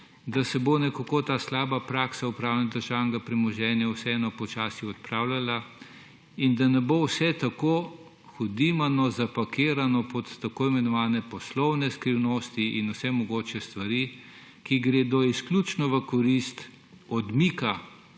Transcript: da se bo nekako ta slaba praksa upravljanja državnega premoženja vseeno počasi odpravljala in da ne bo vse tako hudimano zapakirano pod tako imenovane poslovne skrivnosti in vse mogoče stvari, ki gredo izključno v korist odmika